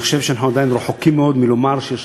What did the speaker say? שאני חושב שאנחנו עדיין רחוקים מאוד מלומר שיש